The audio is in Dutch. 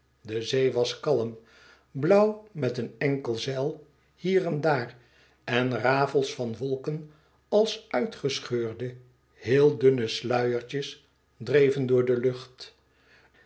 de zee was kalm blauw met een enkel zeil hier en daar en rafels van wolken als uitgescheurde heele dunne sluiertjes dreven door de lucht